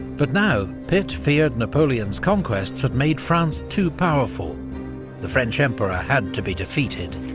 but now pitt feared napoleon's conquests had made france too powerful the french emperor had to be defeated,